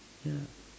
ya